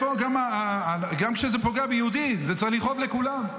גם כשזה פוגע ביהודים זה צריך לכאוב לכולם.